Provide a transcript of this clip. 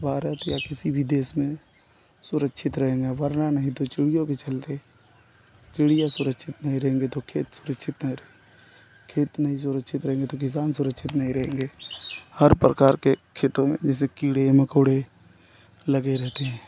भारत या किसी भी देश में सुरक्षित रहेंगे वरना नहीं तो चिड़ियों के चलते चिड़िया सुरक्षित नहीं रहेंगे तो खेत सुरक्षित नहीं रहेंगे खेत नहीं सुरक्षित रहेंगे तो किसान सुरक्षित नहीं रहेंगे हर प्रकार के खेतों में जैसे कीड़े मकौड़े लगे रहेते हैं